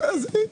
כן,